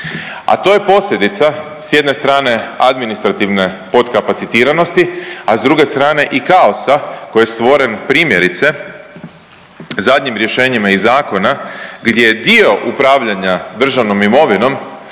a to je posljedica s jedne strane administrativne potkapacitiranosti, a s druge strane i kaosa koji je stvoren primjerice zadnjim rješenjima iz zakona gdje je dio upravljanja državnom imovinom